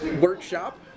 workshop